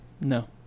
No